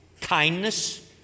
kindness